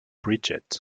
bridget